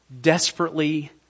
desperately